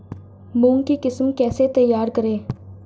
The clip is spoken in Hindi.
मूंग की किस्म कैसे तैयार करें?